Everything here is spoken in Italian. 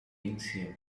insieme